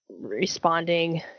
responding